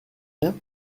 rien